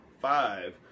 five